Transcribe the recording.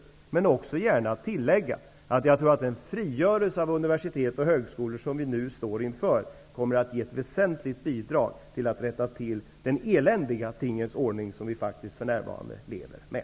Jag vill emellertid också gärna tillägga, att jag tror att den frigörelse av universitet och högskolor som vi nu står inför kommer att ge ett väsentligt bidrag till att rätta till den eländiga tingens ordning som vi faktiskt för närvarande lever med.